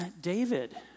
David